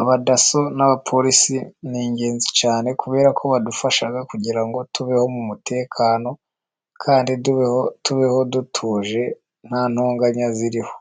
Abadaso n'abapolisi ni ingenzi cyane kubera ko badufasha kugira ngo tubeho mu mutekano, kandi tubeho dutuje nta ntonganya ziriho,